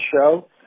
show